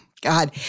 God